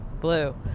blue